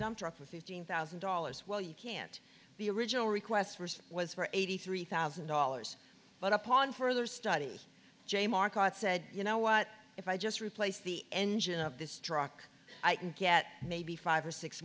dump truck with fifteen thousand dollars well you can't be original request was for eighty three thousand dollars but upon further study jay marcotte said you know what if i just replace the engine of this truck i can get maybe five or six